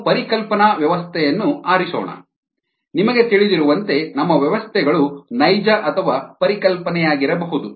ನಾವು ಪರಿಕಲ್ಪನಾ ವ್ಯವಸ್ಥೆಯನ್ನು ಆರಿಸೋಣ ನಿಮಗೆ ತಿಳಿದಿರುವಂತೆ ನಮ್ಮ ವ್ಯವಸ್ಥೆಗಳು ನೈಜ ಅಥವಾ ಪರಿಕಲ್ಪನೆಯಾಗಿರಬಹುದು